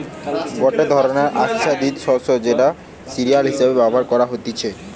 গটে ধরণের আচ্ছাদিত শস্য যেটা সিরিয়াল হিসেবে ব্যবহার করা হতিছে